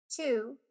Two